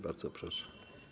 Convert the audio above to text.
Bardzo proszę.